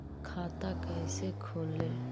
खाता कैसे खोले?